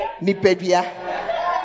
Nipedia